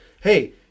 hey